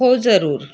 हो जरूर